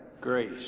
grace